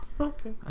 Okay